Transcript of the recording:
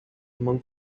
among